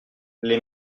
les